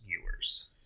viewers